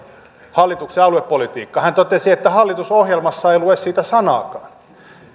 hallituksen aluepolitiikkaa hän totesi että hallitusohjelmassa ei lue siitä sanaakaan